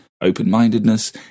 open-mindedness